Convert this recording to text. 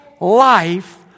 life